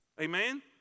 Amen